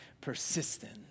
persistent